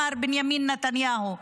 מר בנימין נתניהו.